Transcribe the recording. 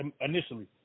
initially